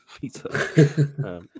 pizza